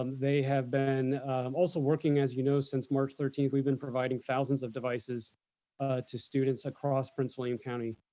um they have been also working as you know since march thirteenth. we've been providing thousands of devices to students across prince william county.